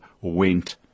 went